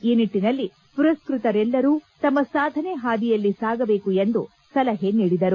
ಈ ನಿಟ್ಟನಲ್ಲಿ ಮರಸ್ನತರೆಲ್ಲರೂ ತಮ್ನ ಸಾಧನೆ ಹಾದಿಯಲ್ಲಿ ಸಾಗಬೇಕು ಎಂದು ಸಲಹೆ ನೀಡಿದರು